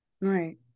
Right